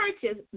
purchase